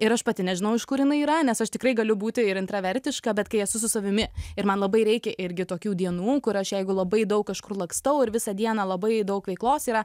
ir aš pati nežinau iš kur jinai yra nes aš tikrai galiu būti ir intravertiška bet kai esu su savimi ir man labai reikia irgi tokių dienų kur aš jeigu labai daug kažkur lakstau ir visą dieną labai daug veiklos yra